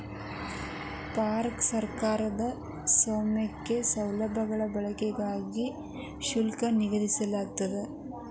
park ಸರ್ಕಾರಿ ಸ್ವಾಮ್ಯದ ಸೌಲಭ್ಯಗಳ ಬಳಕೆಗಾಗಿ ಶುಲ್ಕ ವಿಧಿಸಲಾಗ್ತದ